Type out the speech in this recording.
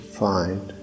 find